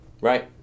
Right